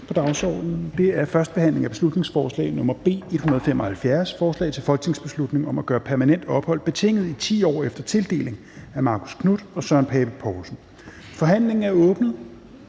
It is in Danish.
på dagsordenen er: 5) 1. behandling af beslutningsforslag nr. B 175: Forslag til folketingsbeslutning om at gøre permanent ophold betinget i 10 år efter tildeling. Af Marcus Knuth (KF) og Søren Pape Poulsen (KF). (Fremsættelse